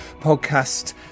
podcast